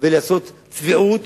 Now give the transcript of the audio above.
ולעשות צביעות